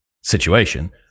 situation